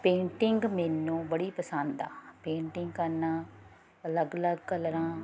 painting ਮੈਨੂੰ ਬੜੀ ਪਸੰਦ ਆ ਪੇਂਟਿੰਗ ਕਰਨਾ ਅਲੱਗ ਅਲੱਗ ਕਲਰਾਂ